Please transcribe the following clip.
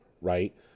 right